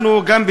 אנחנו גם,